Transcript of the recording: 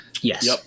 Yes